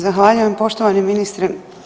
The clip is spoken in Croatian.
Zahvaljujem poštovani ministre.